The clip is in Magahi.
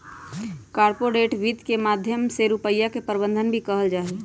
कार्पोरेट वित्त के माध्यम से रुपिया के प्रबन्धन भी कइल जाहई